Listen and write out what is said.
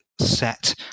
set